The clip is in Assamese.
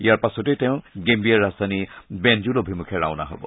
ইয়াৰ পাছতেই তেওঁ গেস্থিয়াৰ ৰাজধানী বেনজুল অভিমখে ৰাওনা হব